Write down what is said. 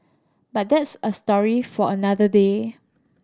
but that's a story for another day